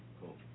Cool